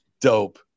Dope